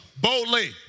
Boldly